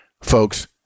folks